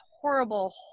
horrible